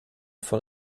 von